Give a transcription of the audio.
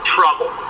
Trouble